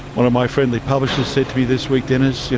one of my friendly publishers said to me this week, dennis, you